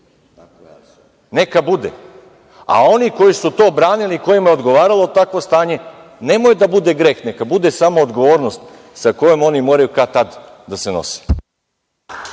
neka bude, a oni koji su to branili, kojima je odgovaralo takvo stanje, nemoj da bude greh, neka bude samo odgovornost sa kojom oni moraju kad tad da se nose.